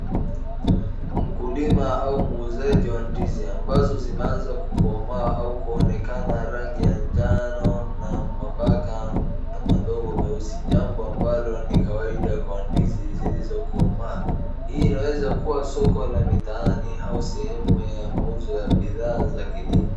Mkulima au muuzaji wa ndizi ambazo zimeanza kukomaa au kuonekana rangi ya njano na mabaka madogo meusi jambo ambalo ni kawaida kwa ndizi zilizokomaa. Hii inaweza kuwa soko la mtaani au sehemu ya mauzo ya bidhaa za kilimo.